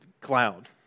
cloud